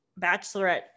Bachelorette